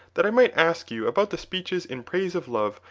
that i might ask you about the speeches in praise of love,